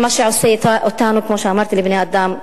זה מה שעושה אותנו, כמו שאמרתי, לבני-אדם.